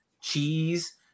cheese